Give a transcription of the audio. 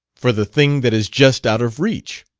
for the thing that is just out of reach.